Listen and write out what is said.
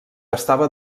estava